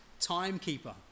timekeeper